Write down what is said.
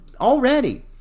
already